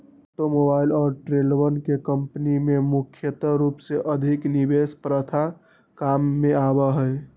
automobile और ट्रेलरवन के कम्पनी में मुख्य रूप से अधिक निवेश प्रथा काम में आवा हई